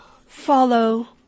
follow